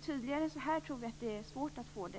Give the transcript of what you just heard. Tydligare än så här är det nog svårt att få det.